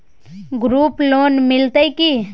Group loan मिलतै की?